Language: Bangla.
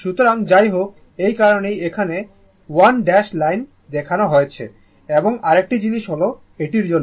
সুতরাং যাই হোক এই কারণেই এখানে 1 ড্যাশ লাইন দেখানো হয়েছে এবং আরেকটি জিনিস হল এটির জন্য